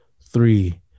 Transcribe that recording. three